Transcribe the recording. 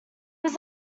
was